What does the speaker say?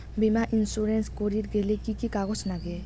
বীমা ইন্সুরেন্স করির গেইলে কি কি কাগজ নাগে?